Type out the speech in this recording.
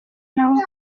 n’aho